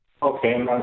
Okay